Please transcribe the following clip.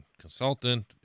consultant